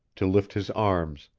to lift his arms,